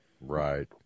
Right